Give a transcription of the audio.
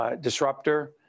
disruptor